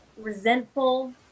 resentful